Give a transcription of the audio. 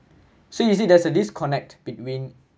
so you see there's a disconnect between